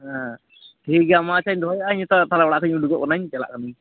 ᱦᱮᱸ ᱴᱷᱤᱠ ᱜᱮᱭᱟ ᱢᱟ ᱟᱪᱷᱟᱧ ᱫᱚᱦᱚᱭᱮᱜᱼᱟ ᱱᱤᱛᱚᱜ ᱛᱟᱦᱚᱞᱮ ᱚᱲᱟᱜ ᱠᱷᱚᱡ ᱤᱧ ᱚᱰᱩᱠᱚᱜ ᱠᱟᱱᱟᱹᱧ ᱪᱟᱞᱟᱜ ᱠᱟᱱᱟᱹᱧ